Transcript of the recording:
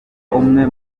umwe